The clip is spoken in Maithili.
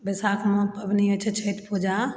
बैसाखमे पबनी होइ छै छैठ पूजा